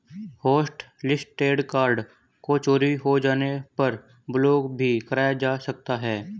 hotlisted card को चोरी हो जाने पर ब्लॉक भी कराया जा सकता है